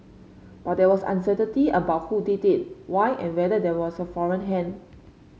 but there was uncertainty about who did it why and whether there was a foreign hand